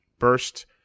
burst